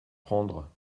prendre